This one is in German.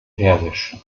persisch